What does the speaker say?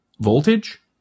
voltage